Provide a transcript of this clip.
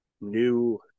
new